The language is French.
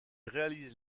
réalise